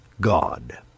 God